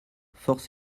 force